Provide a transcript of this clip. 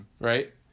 right